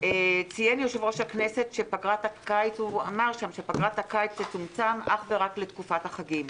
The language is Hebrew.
ציין יושב-ראש הכנסת שפגרת הקיץ תצומצם אך ורק לתקופת החגים.